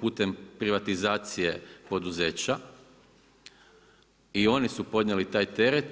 putem privatizacije poduzeća i oni su podnijeli taj teret.